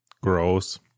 Gross